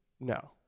No